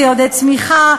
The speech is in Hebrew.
זה יעודד צמיחה,